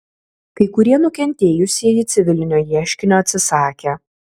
kai kurie nukentėjusieji civilinio ieškinio atsisakė